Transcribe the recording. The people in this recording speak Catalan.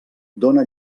dóna